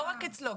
לא רק אצלו,